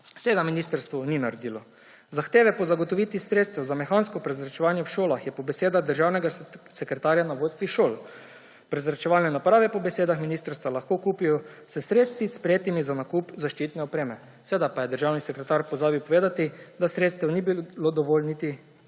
Tega ministrstvo ni naredilo. Zahteva po zagotovitvi sredstev za mehansko prezračevanje v šolah je po besedah državnega sekretarja na vodstvih šol, prezračevalne naprave po besedah ministrstva lahko kupijo s sredstvi, sprejetimi za nakup zaščitne opreme. Seveda pa je državni sekretar pozabil povedati, da sredstev ni bilo dovolj niti za